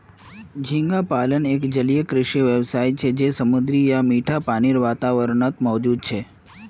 झींगा पालन एक जलीय कृषि व्यवसाय छे जहाक समुद्री या मीठा पानीर वातावरणत मौजूद छे